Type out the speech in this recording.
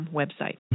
website